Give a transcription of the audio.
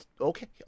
okay